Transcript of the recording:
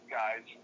guys